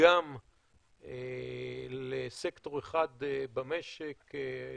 מדגם לסקטור אחד במשק.